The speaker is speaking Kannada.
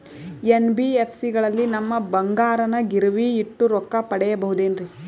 ಎನ್.ಬಿ.ಎಫ್.ಸಿ ಗಳಲ್ಲಿ ನಮ್ಮ ಬಂಗಾರನ ಗಿರಿವಿ ಇಟ್ಟು ರೊಕ್ಕ ಪಡೆಯಬಹುದೇನ್ರಿ?